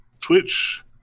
Twitch